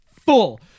full